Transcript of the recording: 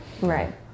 Right